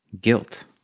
guilt